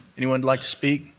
anyone like to speak?